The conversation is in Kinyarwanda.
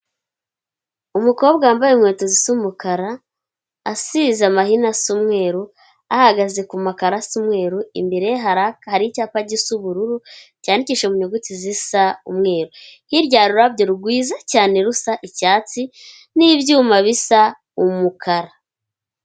Umukobwa wambaye inkweto z'umukara, asize amahina asa umweru, ahagaze ku makaro asa umweru, imbere hari icyapa gisa ubururu cyandikisha mu nyuguti zisa umweru, hirya hari ururabyo rwiza cyane rusa icyatsi, n'ibyuma bisa umukara.